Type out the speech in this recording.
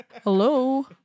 Hello